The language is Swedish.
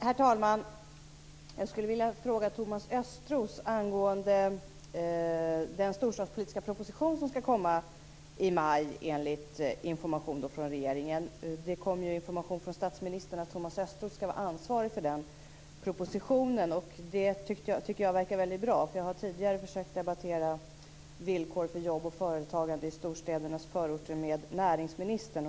Herr talman! Jag har en fråga till Thomas Östros om den storstadspolitiska proposition som enligt information från regeringen skall komma i maj. Statsministern har ju informerat om att Thomas Östros skall vara ansvarig för den propositionen. Det tycker jag verkar vara väldigt bra, eftersom jag tidigare har försökt debattera villkor för jobb och företagande i storstädernas förorter med näringsministern.